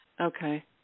Okay